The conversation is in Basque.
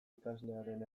ikaslearen